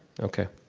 okay.